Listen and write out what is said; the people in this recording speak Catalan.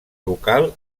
local